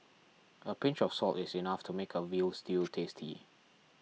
a pinch of salt is enough to make a Veal Stew tasty